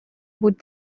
بود